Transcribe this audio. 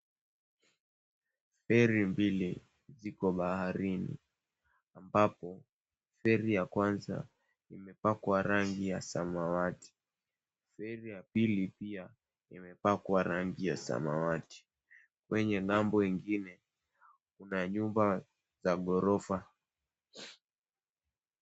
Feri mbili ziko baharini ambapo feri ya kwanza imepakwa rangi ya samawati. Feri ya pili pia imepakwa rangi ya samawati. Kwenye ng'ambo ingine kuna nyumba za ghorofa.